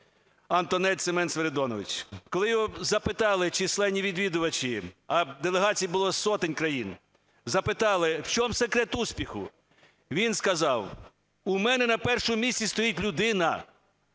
Антонець Семен Свиридонович. Коли його запитали численні відвідувачі, а делегацій було з сотень країн, запитали, в чому секрет успіху, він сказав, у мене на першому місці стоїть людина,